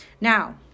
now